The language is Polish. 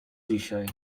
dzisiaj